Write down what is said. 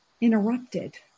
interrupted